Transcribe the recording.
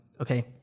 okay